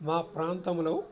మా ప్రాంతంలో